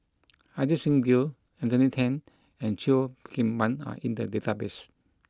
Ajit Singh Gill Anthony Then and Cheo Kim Ban are in the database